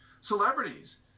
celebrities